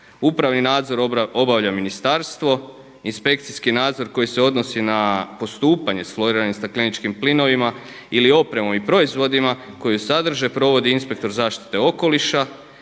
Upravni nadzor obavlja ministarstvo. Inspekcijski nadzor koji se odnosi na postupanje sa floriranim stakleničkim plinovima ili opremom i proizvodima koje sadrže provodi inspektor zaštite okoliša,